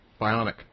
Bionic